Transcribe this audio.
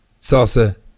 salsa